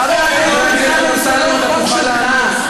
חבר הכנסת אמסלם, אתה תוכל לענות.